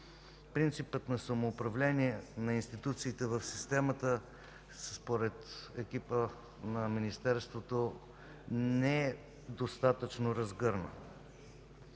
Принципът на самоуправление на институциите в системата според екипа на Министерството не е достатъчно разгърнат.